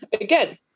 again